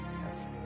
yes